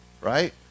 Right